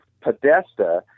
Podesta